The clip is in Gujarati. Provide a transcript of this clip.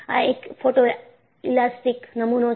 આ એક ફોટોએલાસ્ટીક નમુનો છે